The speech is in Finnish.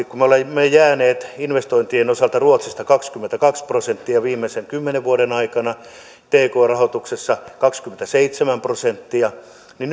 kun me olemme jääneet investointien osalta ruotsista kaksikymmentäkaksi prosenttia viimeisen kymmenen vuoden aikana tk rahoituksessa kaksikymmentäseitsemän prosenttia